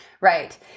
Right